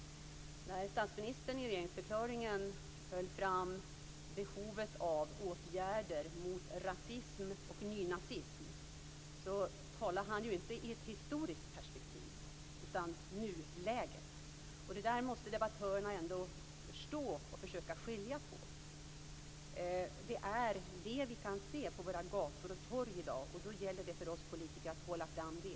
När statsministern i regeringsförklaringen höll fram behovet av åtgärder mot rasism och nynazism talade han ju inte i ett historiskt perspektiv. Han talade om nuläget. Det måste ändå debattörerna förstå och försöka skilja på. Det är det vi kan se på våra gator och torg i dag, och då gäller det för oss politiker att hålla fram det.